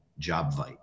Jobvite